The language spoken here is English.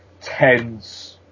tense